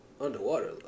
underwater